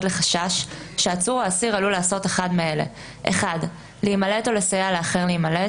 לחשש שהעצור או האסיר עלול לעשות אחד מאלה: להימלט או לסייע לאחר להימלט,